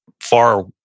far